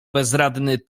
bezradny